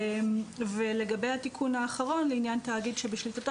לגבי התיקון האחרון לעניין תאגיד שבשליטתו